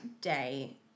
day